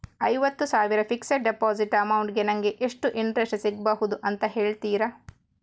ಐವತ್ತು ಸಾವಿರ fixed deposit amount ಗೆ ನಂಗೆ ಎಷ್ಟು ಇಂಟ್ರೆಸ್ಟ್ ಸಿಗ್ಬಹುದು ಅಂತ ಹೇಳ್ತೀರಾ?